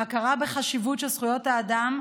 ההכרה בחשיבות של זכויות האדם,